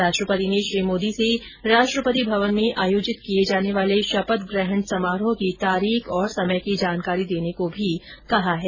राष्ट्रपति ने श्री मोदी से राष्ट्रपति भवन में आयोजित किये जाने वाले शपथग्रहण समारोह की तारीख और समय की जानकारी देने को भी कहा है